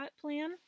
plan